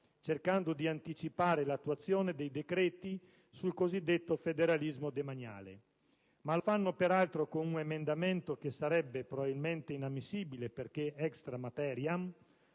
cercando di anticipare l'attuazione dei decreti sul cosiddetto federalismo demaniale. Ma lo fanno, peraltro, con un emendamento che sarebbe probabilmente inammissibile perché *extra materiam*,